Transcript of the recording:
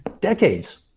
Decades